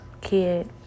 kid